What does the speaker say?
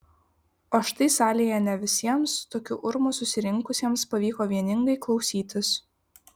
o štai salėje ne visiems tokiu urmu susirinkusiems pavyko vieningai klausytis